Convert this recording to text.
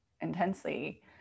intensely